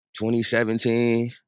2017